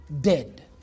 dead